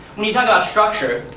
when you talk about structure,